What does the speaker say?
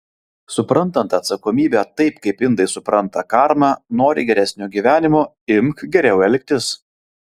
suprantant atsakomybę taip kaip indai supranta karmą nori geresnio gyvenimo imk geriau elgtis